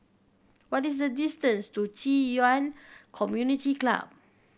what is the distance to Ci Yuan Community Club